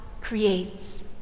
creates